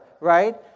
right